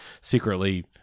secretly